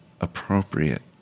appropriate